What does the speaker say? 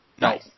No